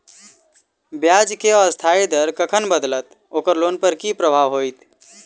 ब्याज केँ अस्थायी दर कखन बदलत ओकर लोन पर की प्रभाव होइत?